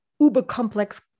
uber-complex